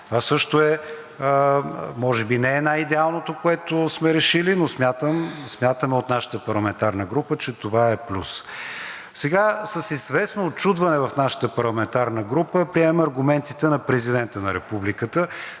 Това също е, може би не е най-идеалното, което сме решили, но смятаме от нашата парламентарна група, че това е плюс. С известно учудване в нашата парламентарна група приемаме аргументите на президента на Републиката,